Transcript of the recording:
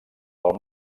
pel